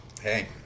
Hey